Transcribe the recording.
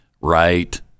Right